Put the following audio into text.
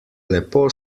lepo